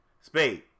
Spade